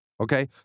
okay